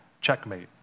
checkmate